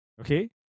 Okay